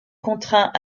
contraints